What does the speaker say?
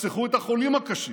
תחסכו את החולים הקשים.